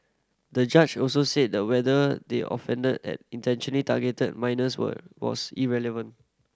the judge also said that whether they offender had intentional targeted minors were was irrelevant